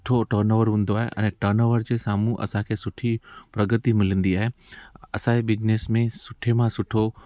सुठो टनओवर हूंदो आहे अने टनओवर जे साम्हूं असांखे सुठी प्रगति मिलंदी आहे असां बिज़नस में सुठे मां सुठो